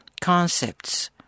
concepts